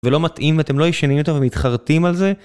ולא מתאים, ואתם לא ישנים אותו ומתחרטים על זה.